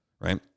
right